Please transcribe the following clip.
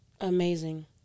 amazing